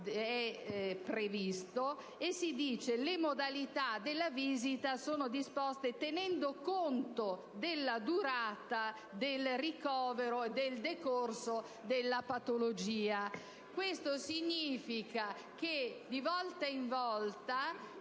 ospedaliero e si dice che "le modalità della visita sono disposte tenendo conto della durata del ricovero e del decorso della patologia". Questo significa che di volta in volta